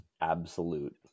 absolute